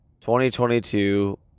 2022